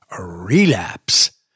relapse